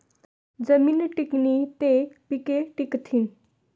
जमीन टिकनी ते पिके टिकथीन